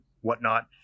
whatnot